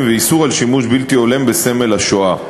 ואיסור שימוש בלתי הולם בסמל השואה.